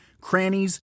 crannies